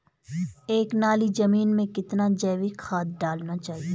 एक नाली जमीन में कितना जैविक खाद डालना चाहिए?